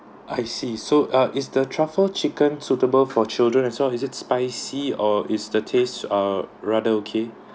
I see so uh is the truffle chicken suitable for children as well is it spicy or is the taste uh rather okay